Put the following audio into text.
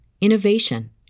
innovation